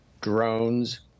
drones